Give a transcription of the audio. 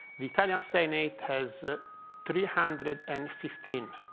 the italian senate has three hundred and fifteen.